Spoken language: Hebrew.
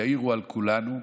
יאירו על כולנו,